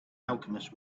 alchemist